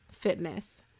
Fitness